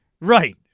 Right